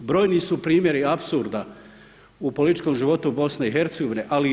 Brojni su primjeri apsurda u političkom životu BiH, ali i RH.